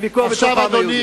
עכשיו אדוני